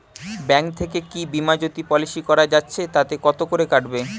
Bank থেকে কী Bima Jyoti policy করা যাচ্ছে তাতে কত করে কাটবে?